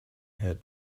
had